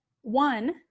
one